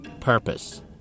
purpose